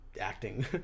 acting